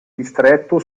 distretto